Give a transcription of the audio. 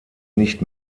nicht